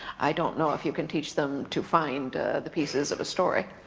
i don't know if you can teach them to find the pieces of a story.